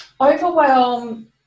overwhelm